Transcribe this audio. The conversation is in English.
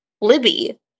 libby